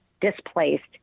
displaced